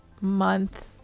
month